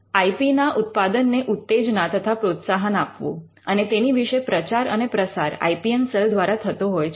I P ના ઉત્પાદન ને ઉત્તેજના તથા પ્રોત્સાહન આપવું અને તેની વિશે પ્રચાર અને પ્રસાર આઇ પી એમ સેલ દ્વારા થતો હોય છે